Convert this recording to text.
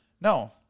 No